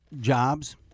jobs